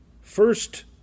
first